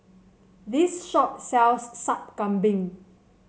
this shop sells Sup Kambing